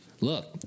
Look